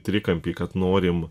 trikampį kad norim